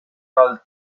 dal